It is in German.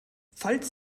falls